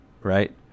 right